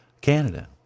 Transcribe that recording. Canada